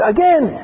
Again